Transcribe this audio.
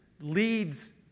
leads